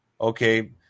Okay